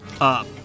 up